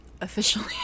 officially